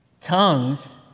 Tongues